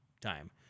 time